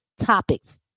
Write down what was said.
topics